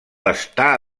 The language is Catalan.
està